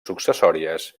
successòries